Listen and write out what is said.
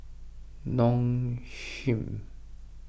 Nong Shim